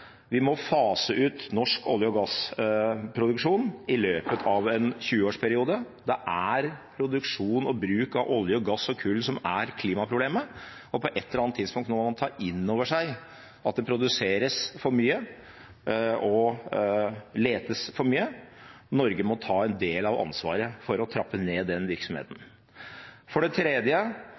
Vi må fase ut norsk olje- og gassproduksjon i løpet av en 20-årsperiode. Det er produksjon og bruk av olje, gass og kull som er klimaproblemet, og på et eller annet tidspunkt må man ta inn over seg at det produseres for mye og letes for mye. Norge må ta en del av ansvaret for å trappe ned den virksomheten. For det tredje: